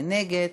מי נגד?